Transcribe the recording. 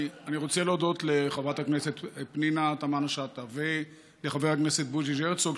אני רוצה להודות לחברת הכנסת פנינה תמנו-שטה ולחבר הכנסת בוז'י הרצוג,